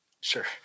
sure